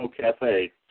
Cafe